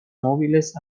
móviles